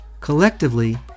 Collectively